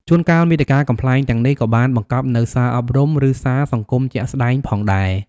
ជួនកាល មាតិកាកំប្លែងទាំងនេះក៏បានបង្កប់នូវសារអប់រំ ឬសារសង្គមជាក់ស្តែងផងដែរ។